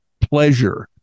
pleasure